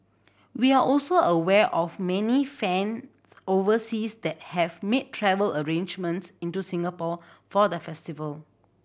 we are also aware of many fans overseas that have made travel arrangements into Singapore for the festival